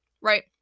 right